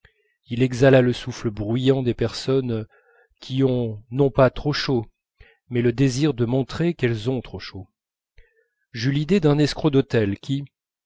il exhala le souffle bruyant des personnes qui ont non trop chaud mais le désir de montrer qu'elles ont trop chaud j'eus l'idée d'un escroc d'hôtel qui